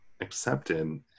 accepted